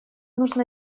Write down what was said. нужно